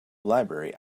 library